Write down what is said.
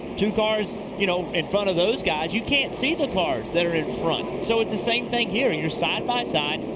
two cars you know in front of those guys. you can't see the cars in front. so it's the same thing here. you're side by side.